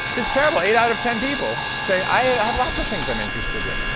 it's terrible, eight out of ten people say, i have lots of things i'm interested in.